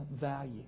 value